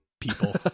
people